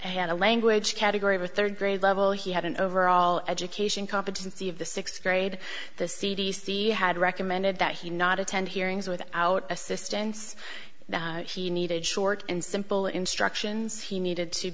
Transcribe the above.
the language category of a third grade level he had an overall education competency of the sixth grade the c d c had recommended that he not attend hearings without assistance that she needed short and simple instructions he needed to